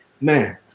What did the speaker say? man